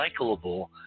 recyclable